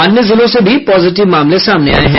अन्य जिलों से भी पॉजिटिव मामले सामने आये हैं